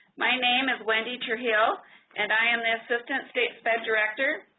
my name is wendy trujillo and i am the assistant state sped director.